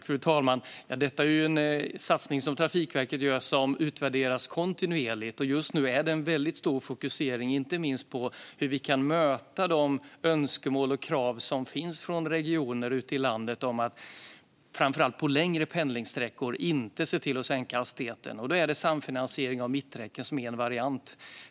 Fru talman! Detta är ju en satsning som Trafikverket gör och som utvärderas kontinuerligt. Just nu är det väldigt stor fokusering inte minst på hur vi kan möta önskemål och krav från regioner ute i landet om att framför allt på längre pendlingssträckor inte sänka hastigheten. Då är samfinansiering av mitträcken en variant.